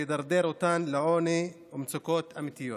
אשר ידרדר אותן לעוני ומצוקות אמיתיות.